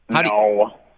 No